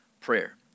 prayer